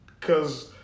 Cause